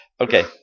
Okay